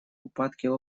упадке